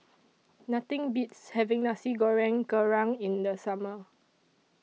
Nothing Beats having Nasi Goreng Kerang in The Summer